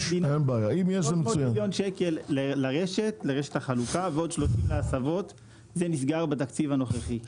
--- מיליון שקל לרשת החלוקה ועוד --- הסבות זה נסגר בתקציב הנוכחי,